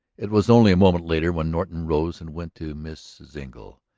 it was only a moment later when norton rose and went to mrs. engle,